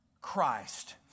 Christ